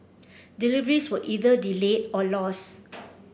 deliveries were either delayed or lost